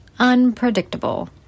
unpredictable